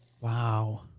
Wow